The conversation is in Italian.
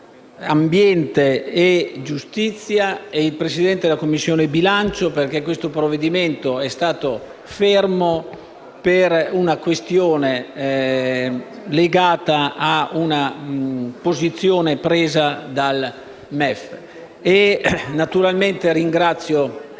ambiente e giustizia ed il Presidente della Commissione bilancio, perché questo provvedimento è stato fermo per una questione legata ad una posizione presa dal Ministero dell'economia